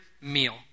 meal